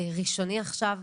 ראשוני עכשיו,